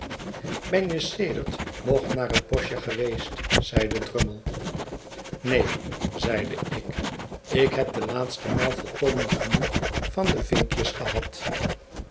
ben je sedert nog naar het boschje geweest zeide drummle neen zeide ik ik heb de laatste maal volkomen genoeg van de vinkjes gehad